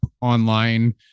online